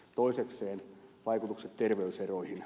toisekseen vaikutukset terveyseroihin